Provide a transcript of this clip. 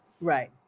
Right